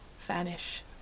vanish